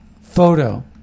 photo